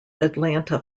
atlanta